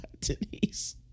Denise